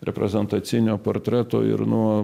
reprezentacinio portreto ir nuo